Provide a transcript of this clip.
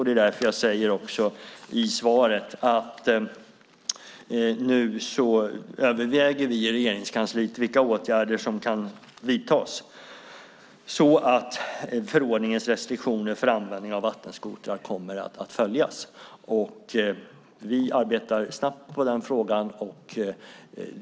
Det är därför jag också säger i svaret att nu överväger vi i Regeringskansliet vilka åtgärder som kan vidtas så att förordningens restriktioner för användning av vattenskotrar kommer att följas. Vi arbetar snabbt med den frågan.